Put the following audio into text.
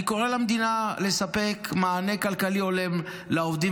אני קורא למדינה לספק מענה כלכלי הולם לעובדים